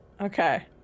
Okay